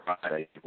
Friday